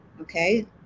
Okay